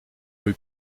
rue